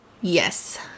Yes